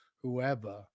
whoever